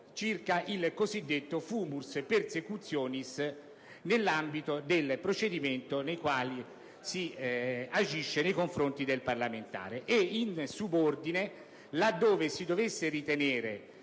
circa il cosiddetto *fumus persecutionis* nell'ambito del procedimento nel quale si agisce nei confronti del parlamentare; in subordine, dove si dovesse ritenere